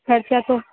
خرچہ تو